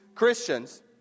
Christians